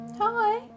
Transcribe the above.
hi